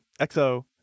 XO